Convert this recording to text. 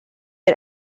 had